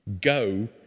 go